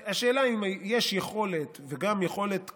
השאלה היא אם יש יכולת, וגם יכולת כלכלית,